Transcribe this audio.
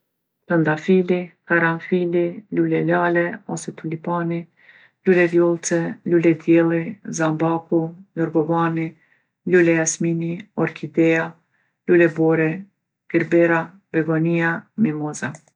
Trëndafili, karanfili, lule lale ose tulipani, lule vjollce, luledielli, zambaku, jorgovani, lule jasmini, orkideja, lule bore, gerbera, begonija, mimoza.